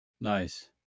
Nice